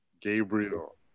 Gabriel